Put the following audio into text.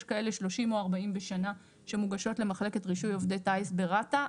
יש כאלה 30 או 40 בשנה שמוגשות למחלקת רישוי עובדי טיס ברת"א.